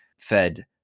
Fed